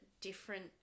different